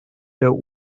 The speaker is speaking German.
der